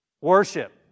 Worship